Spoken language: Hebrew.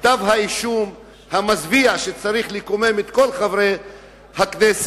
כתב האישום המזוויע שצריך לקומם את כל חברי הכנסת,